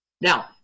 Now